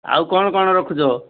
ଆଉ କ'ଣ କ'ଣ ରଖୁଛ